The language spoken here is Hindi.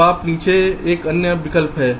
अब ऊपर नीचे अन्य विकल्प है